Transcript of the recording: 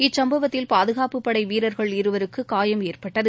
இச்சம்பவத்தில் பாதுகாப்புப்படைவீரர்கள் இருவருக்குகாயம் ஏற்பட்டது